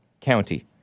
County